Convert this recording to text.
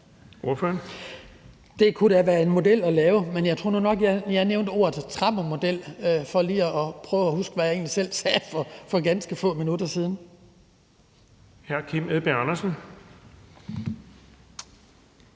Det kunne da være en model at lave, men jeg tror nu nok, jeg nævnte ordet trappemodel, hvis jeg lige skal prøve at huske, hvad jeg egentlig selv sagde for ganske få minutter siden.